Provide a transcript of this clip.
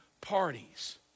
parties